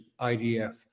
IDF